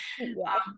Wow